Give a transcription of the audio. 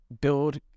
build